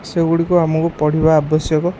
ସେଗୁଡ଼ିକୁ ଆମକୁ ପଢ଼ିବା ଆବଶ୍ୟକ